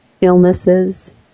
illnesses